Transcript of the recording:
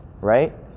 right